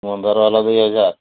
ମନ୍ଦାର ହେଲା ଦୁଇ ହଜାର